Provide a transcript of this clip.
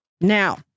Now